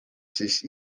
siis